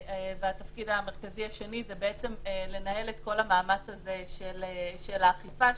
והתפקיד המרכזי השני זה בעצם לנהל את כל המאמץ הזה של האכיפה,